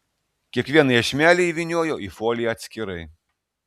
kiekvieną iešmelį įvynioju į foliją atskirai